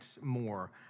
more